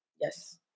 Yes